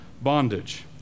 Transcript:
bondage